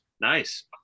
nice